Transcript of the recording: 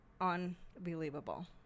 unbelievable